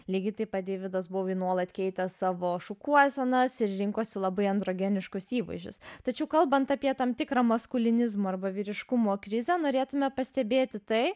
lygiai taip pat deividas bovi nuolat keitė savo šukuosenas ir rinkosi labai androgeniškus įvaizdžius tačiau kalbant apie tam tikrą maskulinizmo arba vyriškumo krizę norėtumėme pastebėti tai